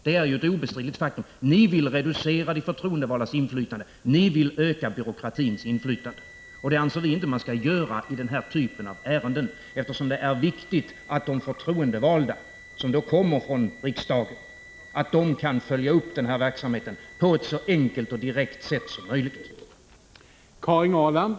Det är ett obestridligt faktum. Ni vill reducera de förtroendevaldas inflytande och öka byråkratins inflytande. Vi anser inte att man skall göra det i denna typ av ärenden, eftersom det är viktigt att de Prot. 1985/86:144 förtroendevalda, som kommer från riksdagen, kan följa upp verksamheten 16 maj 1986 på ett så enkelt och direkt sätt som möjligt. rr ERE